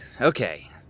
okay